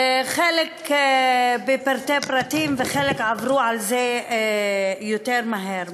חלק בפרטי פרטים וחלק עברו על זה יותר מהר.